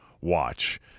watch